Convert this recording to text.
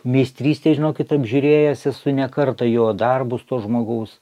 meistrystė žinokit apžiūrėjęs esu ne kartą jo darbus to žmogaus